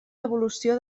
devolució